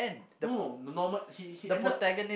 no no the normal he he ended